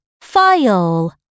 file